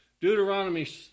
Deuteronomy